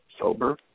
sober